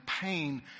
pain